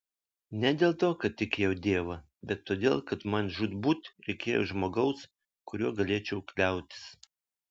ne dėl to kad tikėjau dievą bet todėl kad man žūtbūt reikėjo žmogaus kuriuo galėčiau kliautis